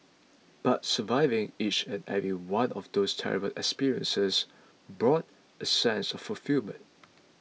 but surviving each and every one of those terrible experiences brought a sense of fulfilment